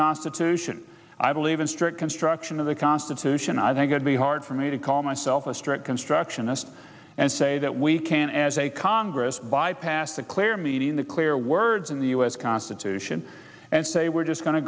constitution i believe in strict construction of the constitution i think you'd be hard for me to call myself a strict constructionist and say that we can as a congress bypass the clear meaning in the clear words in the us constitution and say we're just go